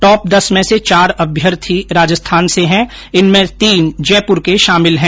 top दस में से चार अभ्यर्थी राजस्थान से है इनमें तीन जयपुर के शामिल है